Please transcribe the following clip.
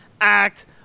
act